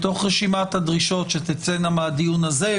ברשימת הדרישות שתצאנה מהדיון הזה,